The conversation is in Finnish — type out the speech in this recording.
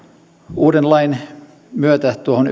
uuden lain myötä tuohon